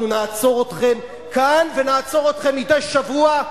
אנחנו נעצור אתכם כאן ונעצור אתכם מדי שבוע,